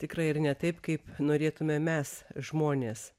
tikrai ir ne taip kaip norėtume mes žmonės